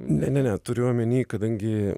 ne ne turiu omeny kadangi